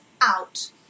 out